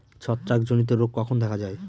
ছত্রাক জনিত রোগ কখন দেখা য়ায়?